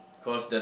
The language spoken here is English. cause that